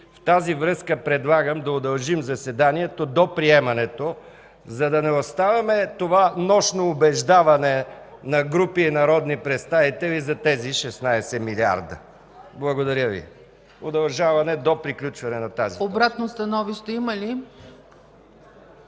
В тази връзка предлагам да удължим заседанието до приемането, за да не оставяме това нощно убеждаване на групи и народни представители за тези 16 милиарда. Удължаване до приключване на тази точка. Благодаря Ви.